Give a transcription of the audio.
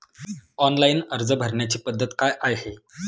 Online अर्ज भरण्याची पद्धत काय आहे?